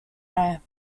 rare